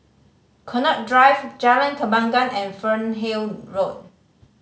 Connaught Drive Jalan Kembangan and Fernhill Road